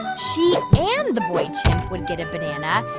she and the boy chimp would get a banana.